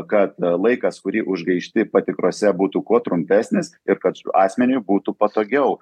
kad laikas kurį užgaišti patikrose būtų kuo trumpesnis ir kad ž asmeniui būtų patogiau